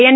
N